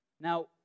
Now